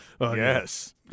Yes